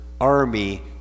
army